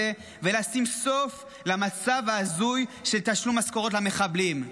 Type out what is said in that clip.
ולשים סוף למצב ההזוי של תשלום משכורות למחבלים.